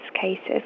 cases